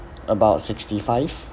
about sixty five